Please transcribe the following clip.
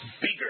bigger